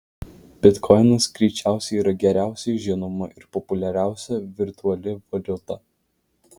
bitkoinas greičiausiai yra geriausiai žinoma ir populiariausia virtuali valiuta